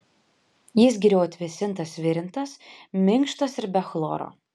jis geriau atvėsintas virintas minkštas ir be chloro